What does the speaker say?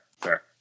Fair